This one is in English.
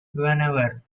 whenever